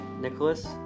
Nicholas